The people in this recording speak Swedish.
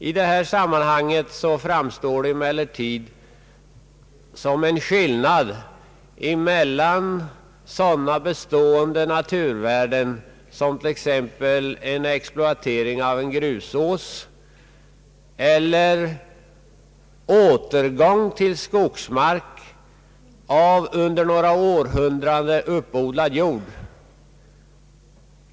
I detta sammanhang framstår emellertid en skillnad mellan exploatering av sådana bestående naturvärden som t.ex. en grusås och den omvandling av landskapet som kan uppstå genom en återgång till skogsmark på områden som i århundraden varit uppodlad mark.